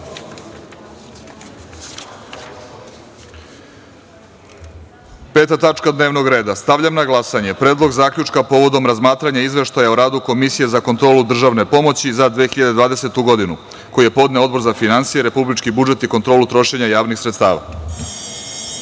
tačka dnevnog reda. Stavljam na glasanje Predlog zaključka povodom razmatranja Izveštaja o radu Komisije za kontrolu državne pomoći za 2020. godinu, koji je podneo Odbor za finansije, republički budžet i kontrolu trošenja javnih